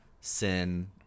sin